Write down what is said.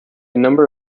number